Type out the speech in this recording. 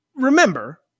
remember